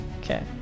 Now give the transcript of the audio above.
Okay